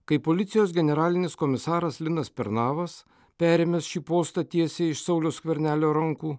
kai policijos generalinis komisaras linas pernavas perėmęs šį postą tiesiai iš sauliaus skvernelio rankų